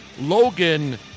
Logan